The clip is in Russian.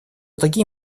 такие